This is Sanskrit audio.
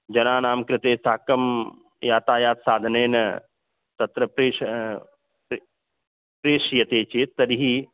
जनानां कृते साकं यातायातसाधनेन तत्र प्रेष् पे प्रेष्यते चेत् तर्हि